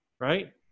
Right